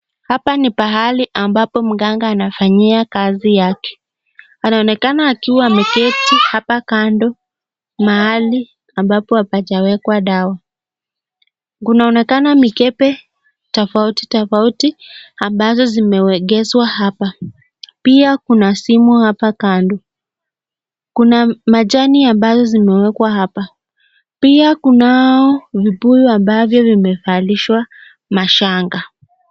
Hapa ni pahali ambapo mganga anafanyia kazi yake. Anaonekana akiwa ameketi hapa kando mahali ambapo hapajawekwa dawa. Kunaonekana mikebe tofauti tofauti ambazo zimeegeshwa hapa. Pia kuna simu hapa kando. Kuna majani ambazo zimewekwa hapa. Pia kunao vibuyu ambavyo vimevalishwa mashanga.